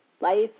life